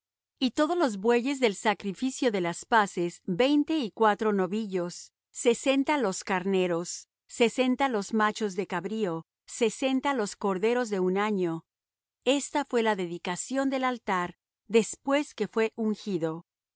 y todos los bueyes del sacrificio de las paces veinte y cuatro novillos sesenta los carneros sesenta los machos de cabrío sesenta los corderos de un año esta fué la dedicación del altar después que fué ungido